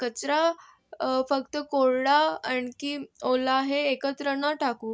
कचरा फक्त कोरडा आणखी ओला हे एकत्र न टाकू